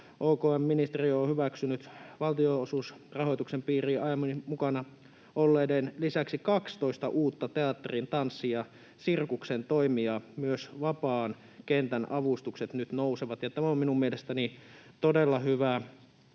OKM on hyväksynyt valtionosuusrahoituksen piiriin aiemmin mukana olleiden lisäksi 12 uutta teatterin, tanssin ja sirkuksen toimijaa. Myös vapaan kentän avustukset nyt nousevat.” Tämä on minun mielestäni todella hyvä